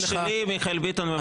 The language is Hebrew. שלי ושל מיכאל ביטון.